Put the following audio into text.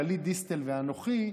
גלית דיסטל ואנוכי,